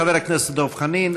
חבר הכנסת דב חנין.